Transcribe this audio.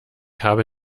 habe